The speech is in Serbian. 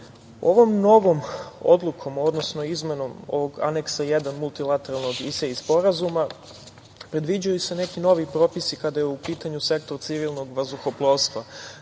novom odlukom, odnosno izmenom ovog Aneksa 1 multilateralnog ISA Sporazuma, predviđaju se neki novi propisi kada je u pitanju sektor civilnog vazduhoplovstva,